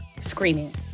screaming